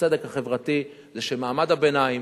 הצדק החברתי זה שמעמד הביניים